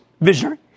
visionary